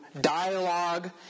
dialogue